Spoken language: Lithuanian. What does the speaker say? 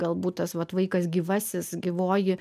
galbūt tas vat vaikas gyvasis gyvoji